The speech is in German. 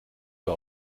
bei